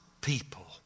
people